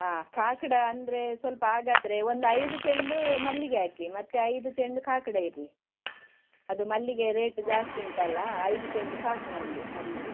ಆಂ ಕಾಕಡ ಅಂದರೆ ಸ್ವಲ್ಪ ಹಾಗಾದರೆ ಒಂದು ಐದು ಚೆಂಡು ಮಲ್ಲಿಗೆ ಹಾಕಿ ಮತ್ತು ಐದು ಚೆಂಡು ಕಾಕಡ ಇರಲಿ ಅದು ಮಲ್ಲಿಗೆ ರೇಟ್ ಜಾಸ್ತಿ ಉಂಟಲ್ಲ ಐದು ಚೆಂಡು ಸಾಕು ನನಗೆ ಮಲ್ಲಿಗೆ